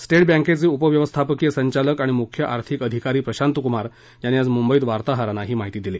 state बँकेचं उपव्यवस्थापकीय संचालक आणि मुख्य आर्थिक अधिकारी प्रशांत कुमार यांनी आज मुंबईत वार्ताहरांना हि माहिती दिली